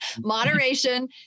moderation